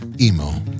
EMO